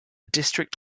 district